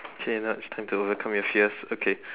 okay now it's time to overcome your fears okay